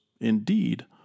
indeed